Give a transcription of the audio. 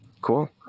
cool